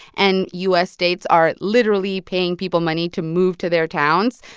and u s. states are literally paying people money to move to their towns,